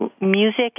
music